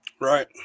Right